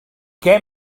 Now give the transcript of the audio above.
què